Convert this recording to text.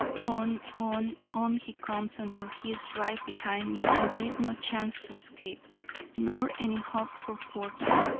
on, on, on he comes until he is right behind me and there is no chance to escape nor any hope for quarter.